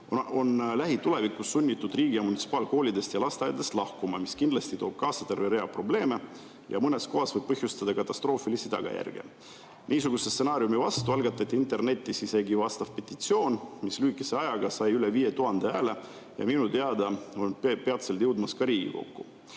on lähitulevikus sunnitud riigi‑ ja munitsipaalkoolidest ja lasteaedadest lahkuma, mis kindlasti toob kaasa terve rea probleeme ja võib mõnes kohas põhjustada katastroofilisi tagajärgi. Niisuguse stsenaariumi vastu algatati internetis isegi vastav petitsioon, mis lühikese ajaga sai üle 5000 hääle, ja minu teada on see peatselt jõudmas ka Riigikokku.